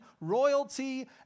royalty